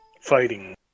fighting